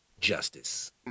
Justice